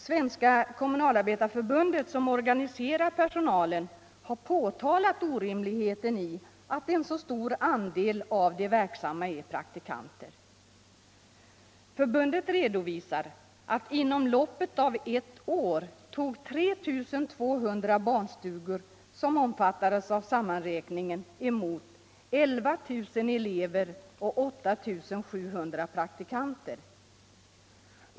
Svenska kommunalarbetareförbundet, som organiserar personalen, har påtalat orimligheten i att en så stor andel av de verksamma är praktikanter. Förbundet redovisar att inom loppet av ett år tog 3 200 barnstugor, som omfattades av sammanräkningen, emot 11 000 elever och 8 700 praktikanter.